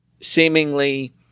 seemingly